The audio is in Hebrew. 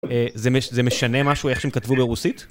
זה משנה משהו, איך שהם כתבו ברוסית?